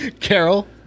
Carol